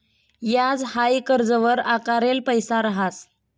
याज हाई कर्जवर आकारेल पैसा रहास